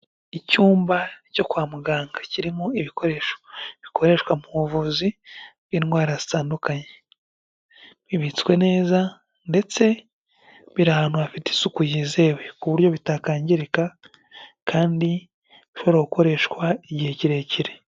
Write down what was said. Icyumba cyo kwa muganga kirimo ibikoresho bikoreshwa mu buvuzi bw'indwara zitandukanye, bibitswe neza, ndetse biri ahantu hafite isuku yizewe ku buryo bitakangirika, kandi bishobora gukoreshwa igihe kirekire.